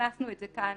הכנסנו את זה כאן